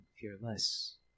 fearless